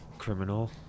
criminal